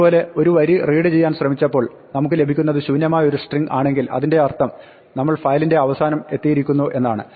അതുപോലെ നമ്മൾ ഒരു വരി റീഡ് ചെയ്യാൻ ശ്രമിച്ചപ്പോൾ നമുക്ക് ലഭിക്കുന്നത് ശൂന്യമായ ഒരു സ്ട്രിങ്ങ് ആണെങ്കിൽ അതിന്റെ അർത്ഥം നമ്മൾ ഫയലിന്റെ അവസാനം എത്തിയിരിക്കുന്നു എന്നാണ്